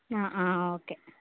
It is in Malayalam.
ആ ആ ഓക്കേ